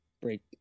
Break